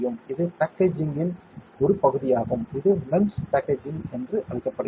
இது பேக்கேஜிங்கின் ஒரு பகுதியாகும் இது MEMS பேக்கேஜிங் என்று அழைக்கப்படுகிறது